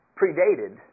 predated